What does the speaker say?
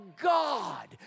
God